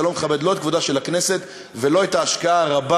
זה לא מכבד לא את הכנסת ולא את ההשקעה הרבה